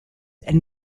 and